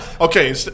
Okay